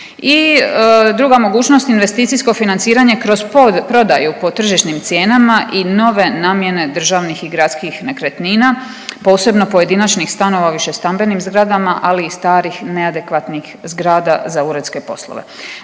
i druga mogućnost investicijsko financiranje kroz prodaju po tržišnim cijenama i nove namjene državnih i gradskih nekretnina, posebno pojedinačnih stanova u višestambenim zgradama, ali i starih neadekvatnih zgrada za uredske poslove.